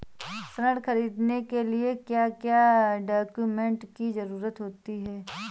ऋण ख़रीदने के लिए क्या क्या डॉक्यूमेंट की ज़रुरत होती है?